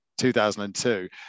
2002